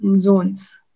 zones